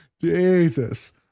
Jesus